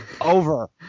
Over